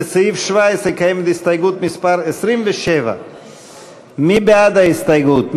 לסעיף 17 קיימת הסתייגות מס' 27. מי בעד ההסתייגות?